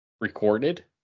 recorded